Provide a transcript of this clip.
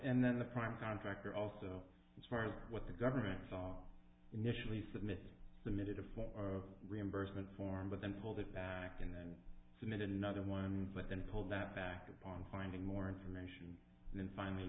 and then the prime contractor also as far as what the government saw initially submitted limited if one of reimbursement form but then pulled it back and then submitted another one but been told that back upon finding more information then finally